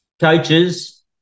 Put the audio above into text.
coaches